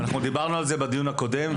אנחנו דיברנו על זה בדיון הקודם,